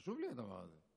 זה חשוב לי, הדבר הזה.